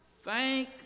thank